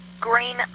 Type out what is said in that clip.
Green